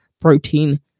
protein